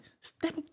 Step